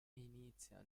inizia